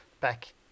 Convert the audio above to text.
back